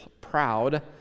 proud